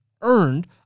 earned